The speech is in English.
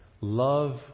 Love